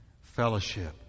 Fellowship